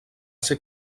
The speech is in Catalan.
ser